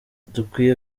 dukwiye